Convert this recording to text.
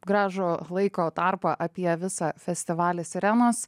gražų laiko tarpą apie visą festivalį sirenos